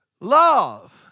love